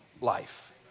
life